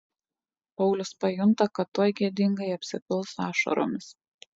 paulius pajunta kad tuoj gėdingai apsipils ašaromis